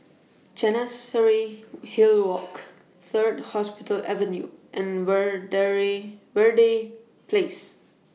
Chancery Hill Walk Third Hospital Avenue and Verde Place